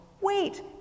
Wait